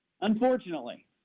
Unfortunately